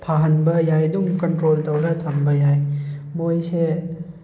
ꯐꯍꯟꯕ ꯌꯥꯏ ꯑꯗꯨꯝ ꯀꯟꯇ꯭ꯔꯣꯜ ꯇꯧꯔꯒ ꯊꯝꯕ ꯌꯥꯏ ꯃꯣꯏꯁꯦ